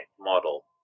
model